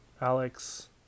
Alex